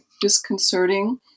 disconcerting